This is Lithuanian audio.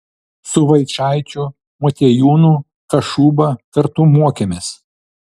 su vaičaičiu motiejūnu kašuba kartu mokėmės